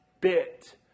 bit